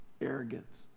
arrogance